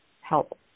help